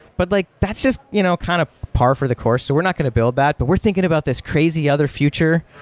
but like that's just you know kind of par for the course. so we're not going to build that, but we're thinking about this crazy other future,